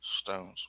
stones